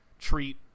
treat